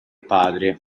padre